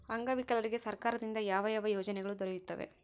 ಅಂಗವಿಕಲರಿಗೆ ಸರ್ಕಾರದಿಂದ ಯಾವ ಯಾವ ಯೋಜನೆಗಳು ದೊರೆಯುತ್ತವೆ?